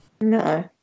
No